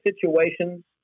situations